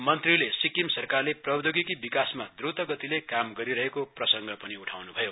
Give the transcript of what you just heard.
मन्त्रीले सिक्किम सरकारले प्रौधोगिकी विभागमा द्रुत गतिले काम गरिरहेको प्रसंग पनि उठाउनु भयो